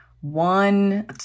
one